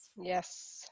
Yes